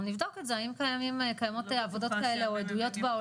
נבדוק את זה, האם קיימות עבודות כאלה בעולם.